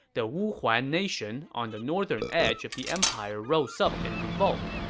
the wuhuan nation on the northern edge of the empire rose up in revolt,